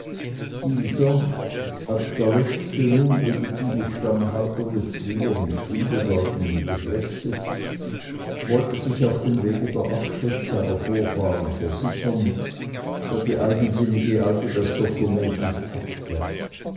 dieser als der letzte nun legitime stammhalter des früher nicht unbedeutenden geschlechtes wollte sich auf dem wege der abschrift seiner vorfahren versichern da die eigensinnige alte das dokument nicht abtrat